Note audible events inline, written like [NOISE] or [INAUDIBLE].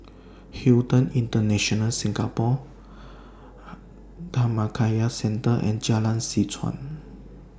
Hilton International Singapore [NOISE] Dhammakaya Centre and Jalan Seh Chuan